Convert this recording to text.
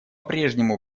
прежнему